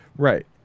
Right